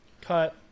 cut